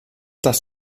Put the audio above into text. das